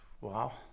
wow